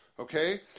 Okay